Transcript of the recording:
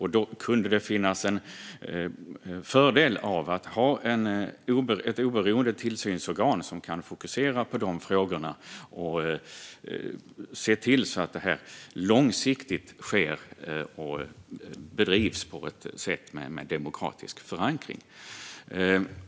Då hade det kunnat vara en fördel att ha ett oberoende tillsynsorgan som kan fokusera på de frågorna och se till att det långsiktigt bedrivs på ett sätt med demokratisk förankring.